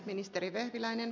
arvoisa puhemies